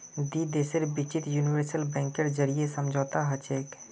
दी देशेर बिचत यूनिवर्सल बैंकेर जरीए समझौता हछेक